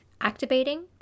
activating